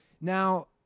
Now